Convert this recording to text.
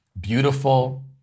beautiful